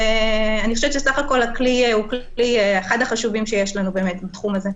אני חושבת שהכלי בסך הכול הוא כלי אחד החשובים שיש לנו בתחום הזה.